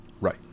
Right